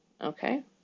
okay